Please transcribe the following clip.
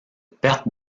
perte